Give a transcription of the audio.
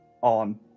on